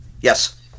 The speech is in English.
Yes